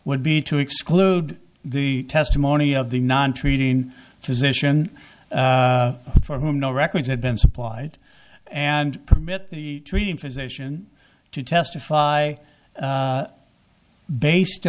would be to exclude the testimony of the non treating physician for whom no records had been supplied and permit the treating physician to testify based